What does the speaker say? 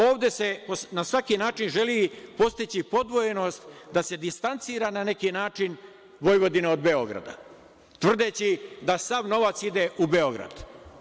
Ovde se na svaki način želi postići podvojenost, da se distancira na neki način Vojvodina od Beograda, tvrdeći da sav novac ide u Beogradu.